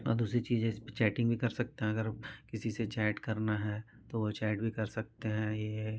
और दूसरी चीज़ है इसपर चैटिंग भी कर सकते हैं अगर किसी से चैट करना है तो वह चैट भी कर सकते हैं यह